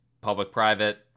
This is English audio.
public-private